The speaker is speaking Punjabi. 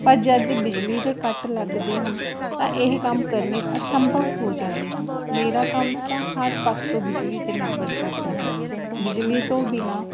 ਪਰ ਜਦ ਬਿਜਲੀ ਦੇ ਕੱਟ ਲੱਗਦੇ ਹਨ ਤਾਂ ਇਹ ਕੰਮ ਕਰਨੇ ਅਸੰਭਵ ਹੋ ਜਾਂਦੇ ਹਨ ਮੇਰਾ ਕੰਮ ਤਾਂ ਹਰ ਪੱਖ ਤੋਂ ਬਿਜਲੀ 'ਤੇ ਨਿਰਭਰ ਕਰਦਾ ਹੈ ਬਿਜਲੀ ਤੋਂ ਬਿਨ੍ਹਾਂ